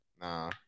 nah